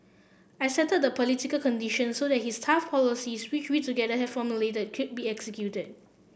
I settled the political conditions so that his tough policies which we together had formulated could be executed